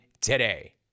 today